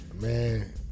man